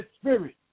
Spirit